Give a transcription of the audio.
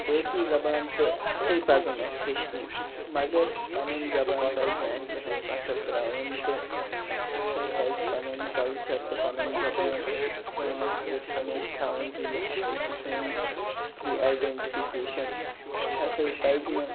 بٲقٕے زبانہٕ تہِ ہسا پَزَن اَسہِ ہٮ۪چھنہِ مگر پَنٕنٕۍ زبان پَزِ نہٕ اَسہِ زٔنٛہٕے پَتھر ترٛاوٕنۍ تہٕ اَسہِ ہسا پَزِ پَنُن کَلچَر تہٕ پَنٕنۍ زبان پانَس سۭتۍ ہمیشہِ تھاوُن زِ یہِ ہسا چھِ سٲنۍ اَصلی آیڈینٹِفیکشَن اَسہِ ہسا پَزِ نہٕ